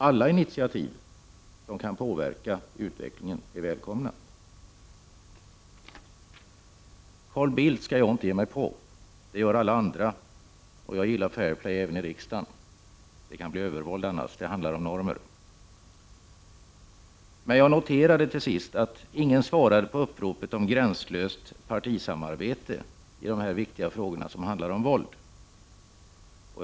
Alla initiativ som kan påverka utvecklingen är välkomna. Carl Bildt skall jag inte ge mig på. Det gör alla andra, och jag gillar fair play även i riksdagen. Det kan bli övervåld annars. Det handlar om normer. Men jag noterade, till sist, att ingen svarade på uppropet om gränslöst partisamarbete i de viktiga frågorna om våldet.